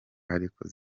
ariko